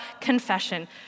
confession